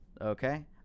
Okay